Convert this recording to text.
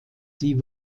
die